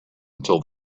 until